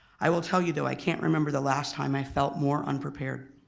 i will tell you though i can't remember the last time i felt more unprepared.